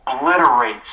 obliterates